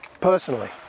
personally